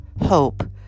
hope